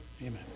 Amen